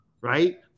right